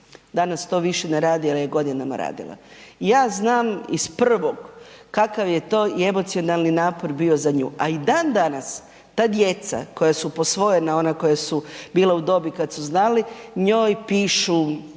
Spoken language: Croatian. Danas to više ne radi, ali je godinama radila. I ja znam iz prvog kakav je to i emocionalni napor bio za nju, a i dan danas ta djeca koja su posvojena ona koja su bila u dobi kad su znali njoj pišu